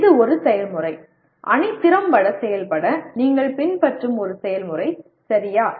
இது ஒரு செயல்முறை அணி திறம்பட செயல்பட நீங்கள் பின்பற்றும் ஒரு செயல்முறை சரியா